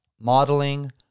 modeling